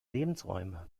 lebensräume